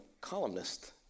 columnist